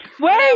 Wait